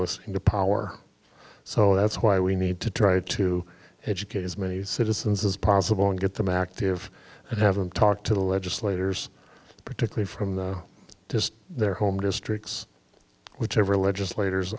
listening to power so that's why we need to try to educate as many citizens as possible and get them active and have a talk to the legislators particularly from just their home districts whichever legislators